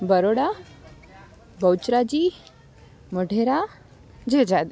Baroda Bahucharaji Modhera જેજાદ